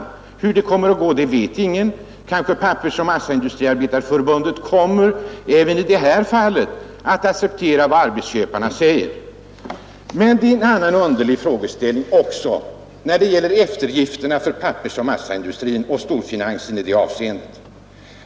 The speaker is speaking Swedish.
Hur det kommer att gå vet ingen. Kanske Pappersindustriarbetareförbundet även i det här fallet kommer att acceptera vad arbetsköparna säger. Här finns en annan underlig omständighet som också gäller eftergifterna för pappersoch massaindustrin och storfinansen i det avseendet.